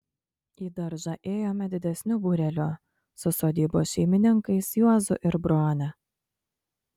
į daržą ėjome didesniu būreliu su sodybos šeimininkais juozu ir brone